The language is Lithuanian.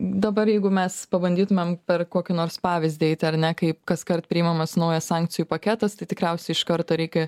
dabar jeigu mes pabandytumėm per kokį nors pavyzdį eiti ar ne kaip kaskart priimamas naujas sankcijų paketas tai tikriausiai iš karto reikia